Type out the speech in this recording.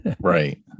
Right